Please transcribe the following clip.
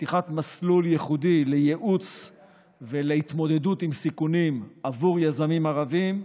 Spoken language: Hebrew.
פתיחת מסלול ייחודי לייעוץ ולהתמודדות עם סיכונים עבור יזמים ערבים,